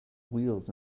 wheels